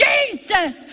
Jesus